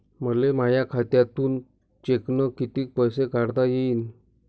मले माया खात्यातून चेकनं कितीक पैसे काढता येईन?